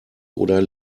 oder